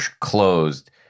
closed